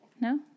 No